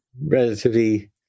relatively